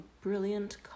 brilliant